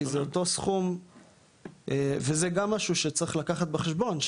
כי זה אותו סכום וזה גם משהו שצריך לקחת בחשבון,